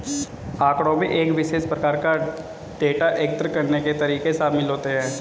आँकड़ों में एक विशेष प्रकार का डेटा एकत्र करने के तरीके शामिल होते हैं